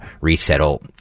resettle